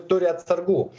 turi atsargų